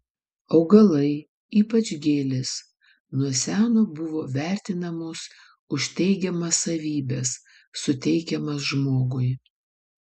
augalai ypač gėlės nuo seno buvo vertinamos už teigiamas savybes suteikiamas žmogui